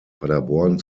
paderborn